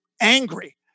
angry